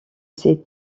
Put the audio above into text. ces